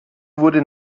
wurde